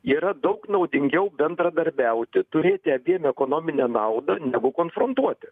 yra daug naudingiau bendradarbiauti turėti abiem ekonominę naudą negu konfrontuoti